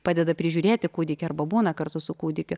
padeda prižiūrėti kūdikį arba būna kartu su kūdikiu